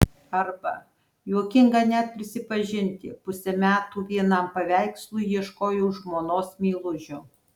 arba juokinga net prisipažinti pusę metų vienam paveikslui ieškojau žmonos meilužio